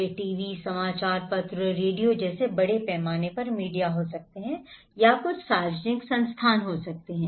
वे TV समाचार पत्र रेडियो जैसे बड़े पैमाने पर मीडिया हो सकते हैं या कुछ सार्वजनिक संस्थान हो सकते हैं